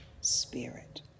spirit